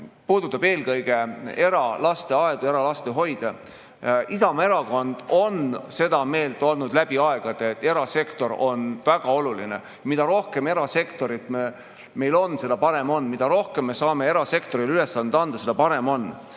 eralasteaedade ja eralastehoidude kohta. Isamaa Erakond on seda meelt olnud läbi aegade, et erasektor on väga oluline. Mida rohkem erasektorit meil on, seda parem on. Mida rohkem me saame erasektorile ülesandeid anda, seda parem on.